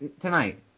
tonight